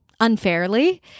unfairly